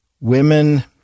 Women